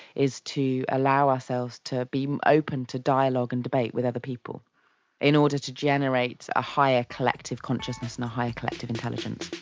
is to allow ourselves to be open to dialogue and debate with other people in order to generate a higher collective consciousness and a higher collective intelligence.